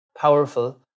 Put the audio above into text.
powerful